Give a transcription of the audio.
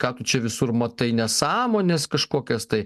ką tu čia visur matai nesąmones kažkokias tai